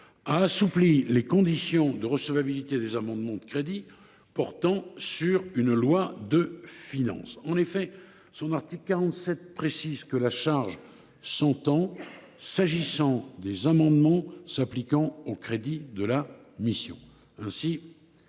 a assoupli les conditions de recevabilité des amendements de crédits portant sur une loi de finances. En effet, son article 47 précise que « la charge s’entend, s’agissant des amendements s’appliquant aux crédits [de] la mission